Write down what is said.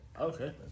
Okay